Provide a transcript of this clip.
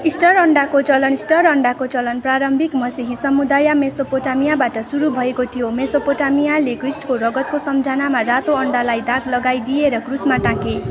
Easter अण्डाको चलन Easter अण्डाको चलन प्रारम्भिक मसीही समुदाय मेसोपोटामियाबाट सुरु भएको थियो मेसोपोटामियाले ख्रिस्टको रगतको सम्झनामा रातो अण्डालाई दाग लगाइदिए र क्रूसमा टाँगे